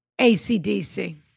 acdc